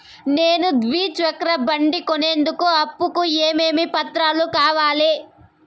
నేను ద్విచక్ర బండి కొనేందుకు అప్పు కు ఏమేమి పత్రాలు కావాలి?